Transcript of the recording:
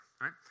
right